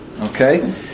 Okay